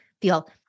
feel